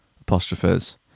apostrophes